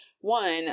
one